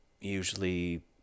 usually